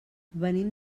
venim